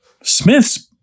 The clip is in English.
Smith's